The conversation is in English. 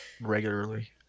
regularly